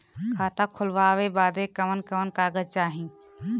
खाता खोलवावे बादे कवन कवन कागज चाही?